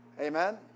Amen